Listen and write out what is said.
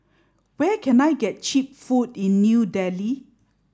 where can I get cheap food in New Delhi